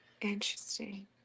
Interesting